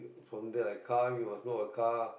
so if like car you must know a car